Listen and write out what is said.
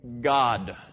God